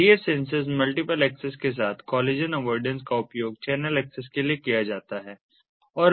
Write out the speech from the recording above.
तो carrier senses multiple access के साथ कॉलिजन अवोइडेन्स का उपयोग चैनल एक्सेस के लिए किया जाता है